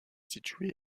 situé